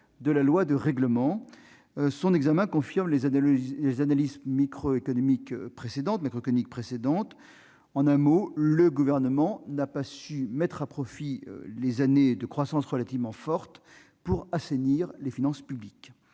de loi de règlement, son examen confirme les analyses macroéconomiques précédentes : le Gouvernement n'a pas su mettre à profit des années de croissance relativement forte pour assainir les finances publiques.